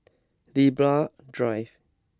Libra Drive